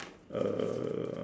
uh